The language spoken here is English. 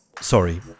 sorry